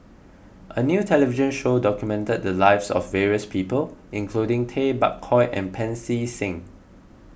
a new television show documented the lives of various people including Tay Bak Koi and Pancy Seng